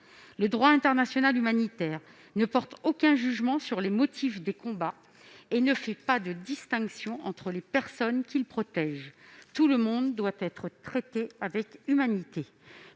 Le droit international humanitaire ne porte aucun jugement sur les motifs des combats et ne fait pas de distinction entre les personnes qu'il protège. Tout le monde doit être traité avec humanité.